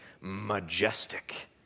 majestic